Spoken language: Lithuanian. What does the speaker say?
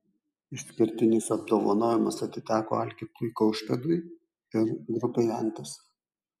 išskirtinis apdovanojimas atiteko algirdui kaušpėdui ir grupei antis